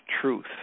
truth